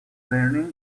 learning